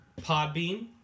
Podbean